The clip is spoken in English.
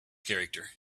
character